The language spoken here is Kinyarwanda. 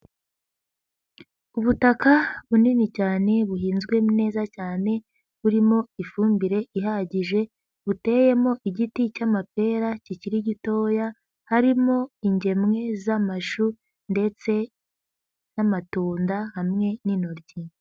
Ubutaka bunini cyane buhinzwe neza cyane, burimo ifumbire ihagije, buteyemo igiti cy'amapera kikiri gitoya, harimo ingemwe z'amashu ndetse n'amatunda hamwe n'intoryi.